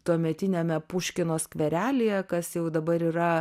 tuometiniame puškino skverelyje kas jau dabar yra